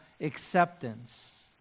acceptance